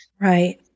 Right